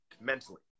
mentally